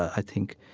i think,